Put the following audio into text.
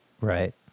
Right